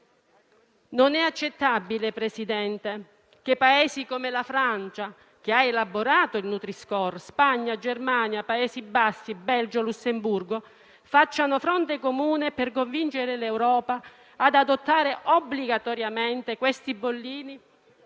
Non è accettabile, Presidente, che Paesi come la Francia, che ha elaborato il Nutri-Score, Spagna, Germania, Paesi Bassi, Belgio e Lussemburgo, facciano fronte comune per convincere l'Europa ad adottare obbligatoriamente quei bollini